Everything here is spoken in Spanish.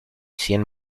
cien